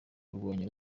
kurwanya